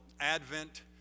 Advent